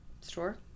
store